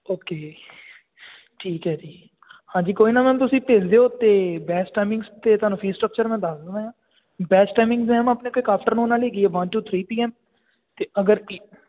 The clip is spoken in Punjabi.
ਓਕੇ ਠੀਕ ਹੈ ਜੀ ਹਾਂਜੀ ਕੋਈ ਨਾ ਮੈਮ ਤੁਸੀਂ ਭੇਜ ਦਿਓ ਅਤੇ ਬੈਸਟ ਟਾਈਮਿੰਗਸ ਅਤੇ ਤੁਹਾਨੂੰ ਫੀ ਸਟਕਚਰ ਮੈਂ ਦੱਸ ਦਿੰਦਾ ਹਾਂ ਬੈਸਟ ਟਾਈਮਿੰਗਸ ਮੈਮ ਆਪਣੇ ਕੋਲ ਇੱਕ ਆਫਟਰਨੂਨ ਵਾਲੀ ਹੈਗੀ ਆ one to three P M ਅਤੇ ਅਗਰ ਪੀ